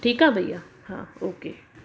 ठीकु आहे भइया हा ओके